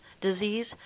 disease